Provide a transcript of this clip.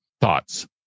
thoughts